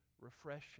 refreshing